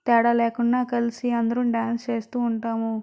తేడా లేకుండా కలిసి అందరం డ్యాన్స్ చేస్తూ ఉంటాము